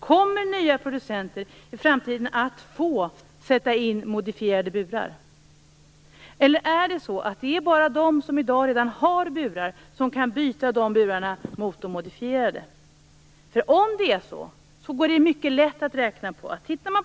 Kommer nya producenter i framtiden att få sätta in modifierade burar? Eller är det så att det bara är de som i dag har burar som kan byta dem mot de modifierade? Om det är så går det mycket lätt att räkna på detta.